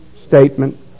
statement